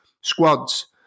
squads